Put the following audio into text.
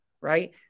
right